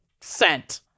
sent